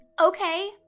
okay